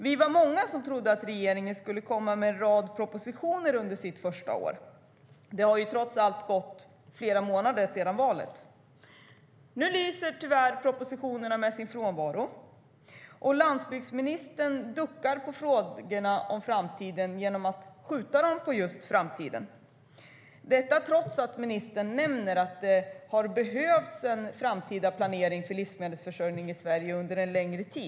Vi var många som trodde att regeringen skulle komma med en rad propositioner under sitt första år. Det har trots allt gått flera månader sedan valet. Men nu lyser tyvärr propositionerna med sin frånvaro, och landsbygdsministern duckar på frågorna om framtiden genom att skjuta dem på just framtiden, detta trots att ministern nämner att det under en längre tid har behövts en framtida planering för livsmedelsförsörjningen i Sverige.